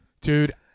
Dude